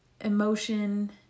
emotion